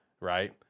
right